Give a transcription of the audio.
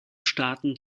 staaten